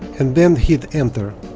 and then hit enter